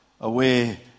away